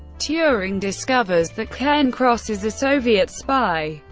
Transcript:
turing discovers that cairncross is a soviet spy.